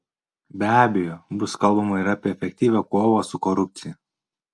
be abejo bus kalbama ir apie efektyvią kovą su korupcija